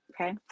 Okay